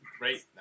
great